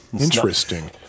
Interesting